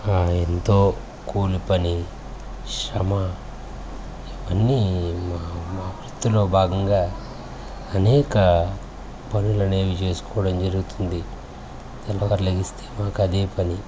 ఎంతో కూలిపని శ్రమ అన్ని మా మా వృత్తిలో భాగంగా అనేక పనులు అనేవి చేసుకోవడం జరుగుతుంది తెల్లవారి లేస్తే మాకు అదే పని